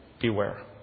beware